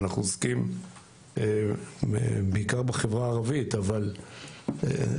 אנחנו עוסקים בעיקר בחברה הערבית אבל גם